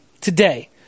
Today